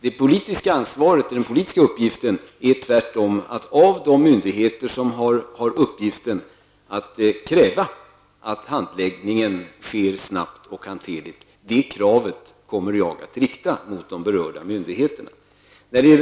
Det politiska ansvaret och den politiska uppgiften är tvärtom att av de myndigheter som har denna uppgift kräva att handläggningen sker snabbt och hanterligt. Det kravet kommer jag att ställa på de berörda myndigheterna.